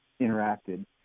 interacted